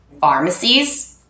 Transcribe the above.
pharmacies